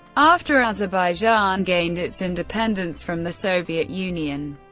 after azerbaijan gained its independence from the soviet union,